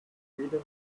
sweden